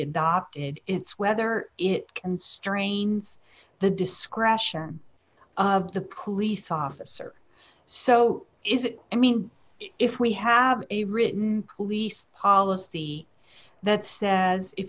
adopted it's whether it constrains the discretion of the police officer so is it i mean if we have a written police policy that says